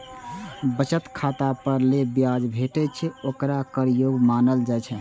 बचत खाता पर जे ब्याज भेटै छै, ओकरा कर योग्य मानल जाइ छै